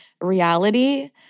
reality